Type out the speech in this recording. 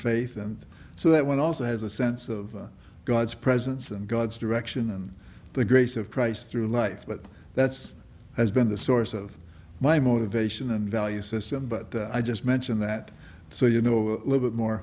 faith and so that one also has a sense of god's presence and god's direction and the grace of christ through life but that's has been the source of my motivation and value system but i just mention that so you know a little bit more